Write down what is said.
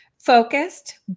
focused